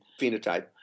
phenotype